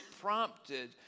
prompted